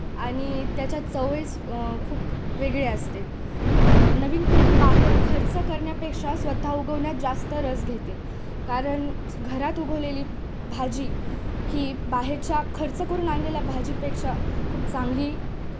आणि त्याच्या चवळीस खूप वेगळी असते नवीन पिढी बाहेर खर्च करण्यापेक्षा स्वतः उगवण्यात जास्त रस घेते कारण घरात उगवलेली भाजी ही बाहेरच्या खर्च करून आणलेल्या भाजीपेक्षा खूप चांगली